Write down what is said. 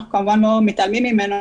אנחנו כמובן לא מתעלמים ממנו,